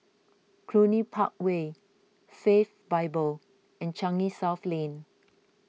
Cluny Park Way Faith Bible and Changi South Lane